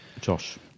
Josh